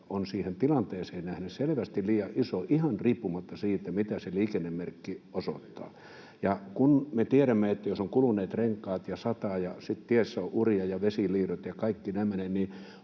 on siihen tilanteeseen nähden selvästi liian iso ihan riippumatta siitä, mitä se liikennemerkki osoittaa. Kun me tiedämme, että jos on kuluneet renkaat ja sataa ja sitten tiessä on uria ja on vesiliirrot ja kaikki tämmöinen,